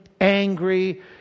angry